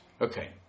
okay